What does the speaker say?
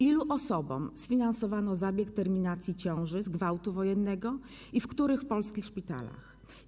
Ilu osobom sfinansowano zabieg terminacji ciąży z gwałtu wojennego i w których polskich szpitalach?